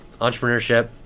Entrepreneurship